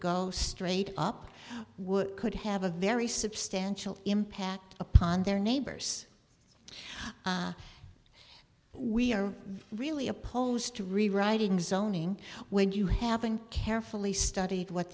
go straight up would could have a very substantial impact upon their neighbors we are really opposed to rewriting zoning when you haven't carefully studied what